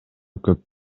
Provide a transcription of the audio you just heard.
көп